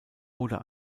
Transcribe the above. oder